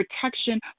protection